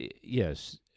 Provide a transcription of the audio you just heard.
yes